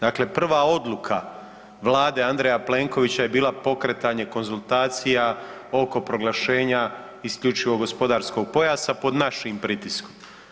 Dakle, prva odluka Andreja Plenkovića je bila pokretanje konzultacija oko proglašenja isključivog gospodarskog pojasa pod našim pritiskom.